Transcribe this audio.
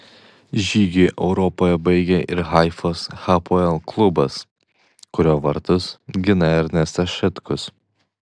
žygį europoje baigė ir haifos hapoel klubas kurio vartus gina ernestas šetkus